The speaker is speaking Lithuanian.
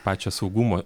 pačią saugumo